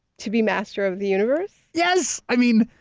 to be master of the universe? yes! i mean,